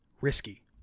risky